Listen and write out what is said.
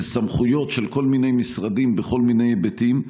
בסמכויות של כל מיני משרדים, בכל מיני היבטים.